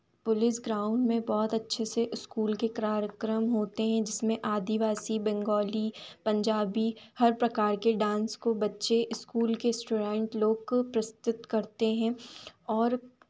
police ground में बहुत अच्छे से इस्कूल के कार्यक्रम होते हैं जिसमें आदिवासी बेंगोली पंजाबी हर प्रकार के डांस को बच्चे इस्कूल के इस्टूडेंट लोग प्रस्तुत करते हैं और